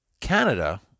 Canada